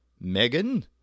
Megan